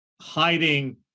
hiding